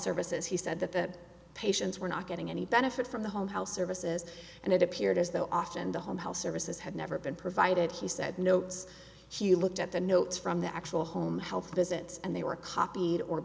services he said that the patients were not getting any benefit from the home health services and it appeared as though often the home health services had never been provided he said notes he looked at the notes from the actual home health visits and they were copied or